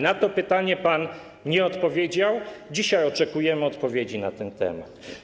Na to pytanie pan nie odpowiedział, dzisiaj oczekujemy odpowiedzi na ten temat.